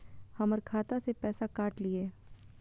हमर खाता से पैसा काट लिए?